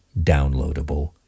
downloadable